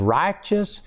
righteous